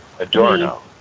Adorno